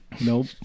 Nope